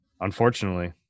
unfortunately